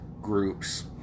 groups